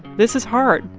this is hard.